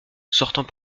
sortant